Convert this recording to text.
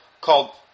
called